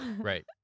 Right